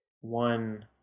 one